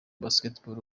basketball